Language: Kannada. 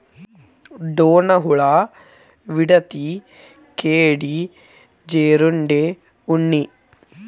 ಡೋಣ ಹುಳಾ, ವಿಡತಿ, ಕೇಡಿ, ಜೇರುಂಡೆ, ಉಣ್ಣಿ